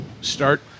start